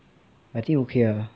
I think okay lah